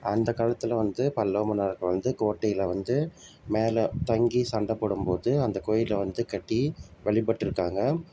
அந்த காலத்தில் வந்து பல்லவ மன்னர்கள் வந்து கோட்டையில் வந்து மேலே தங்கி சண்டை போடும் போது அந்த கோயிலை வந்து கட்டி வழிப்பட்ருக்காங்க